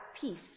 peace